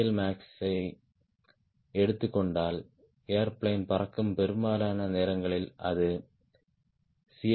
எல்மேக்ஸை எடுத்துக் கொண்டால் ஏர்பிளேன் பறக்கும் பெரும்பாலான நேரங்களில் அது சி